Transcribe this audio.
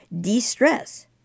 de-stress